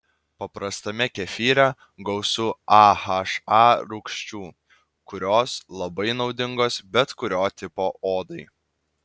paprastame kefyre gausu aha rūgščių kurios labai naudingos bet kurio tipo odai